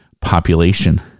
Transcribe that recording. population